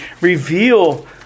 reveal